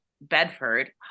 bedford